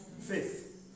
Faith